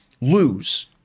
lose